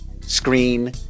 screen